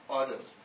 others